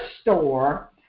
store